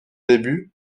début